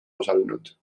osalenud